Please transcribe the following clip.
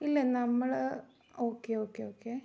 ഇല്ല നമ്മൾ okay okay okay